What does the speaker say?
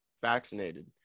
vaccinated